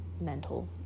mental